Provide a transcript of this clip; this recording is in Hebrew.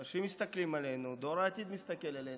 אנשים מסתכלים עלינו, דור העתיד מסתכל עלינו.